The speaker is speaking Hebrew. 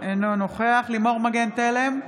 אינו נוכח לימור מגן תלם,